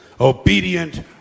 Obedient